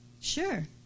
Sure